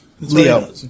Leo